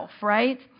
right